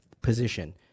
position